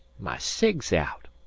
my cig's out.